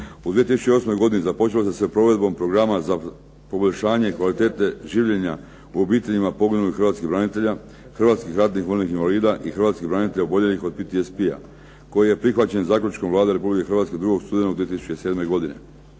U 2008. godini započelo se sa provedbom programa za poboljšanje kvalitete življenja u obitelji poginulih hrvatskih branitelja, hrvatskih ratnih vojnih invalida i hrvatskih branitelja oboljelih od PTSP-a koji je prihvaćen zaključkom Vlade Republike Hrvatske 2. studenog 2007. godine.